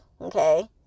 okay